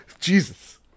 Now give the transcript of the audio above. Jesus